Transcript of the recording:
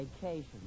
vacation